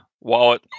Wallet